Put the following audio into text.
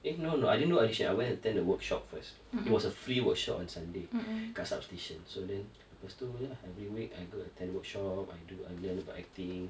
eh no no I didn't go audition I attend the workshop first it was a free workshop on sunday kat sub station so then lepas tu ya lah every week I go attend workshop I do I learn about acting